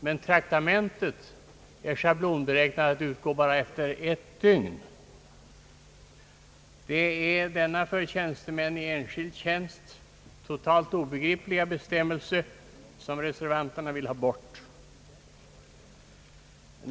Men traktamentet är schablonberäknat och utgår bara för ett dygn. Det är denna för tjänstemän i enskild tjänst totalt obegripliga bestämmelse som reservanterna vill ha bort.